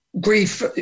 grief